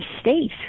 state